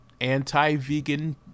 anti-vegan